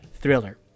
Thriller